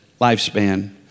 lifespan